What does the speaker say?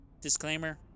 Disclaimer